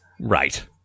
Right